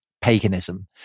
paganism